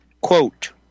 Quote